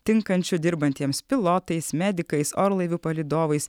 tinkančių dirbantiems pilotais medikais orlaivių palydovais